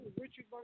Richard